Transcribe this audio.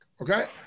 Okay